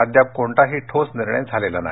अद्याप कोणताही ठोस निर्णय झालेला नाही